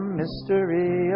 mystery